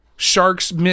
Sharks